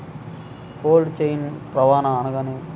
Cold chain రవాణా అనగా నేమి?